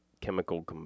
chemical